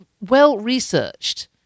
well-researched